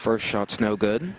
first shots no good